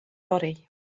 body